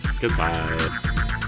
Goodbye